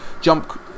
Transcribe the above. jump